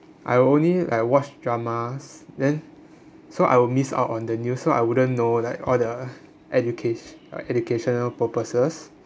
I will only I watch dramas then so I will miss out on the news so I wouldn't know like all the educa~ like educational purposes